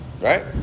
Right